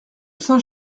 saint